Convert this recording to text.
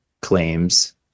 claims